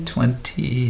Twenty